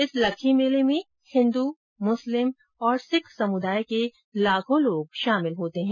इस लक्खी मेले में हिन्दू मुस्लिम और सिक्ख समुदाय के लाखों लोग शामिल होते है